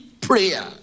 prayer